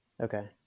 Okay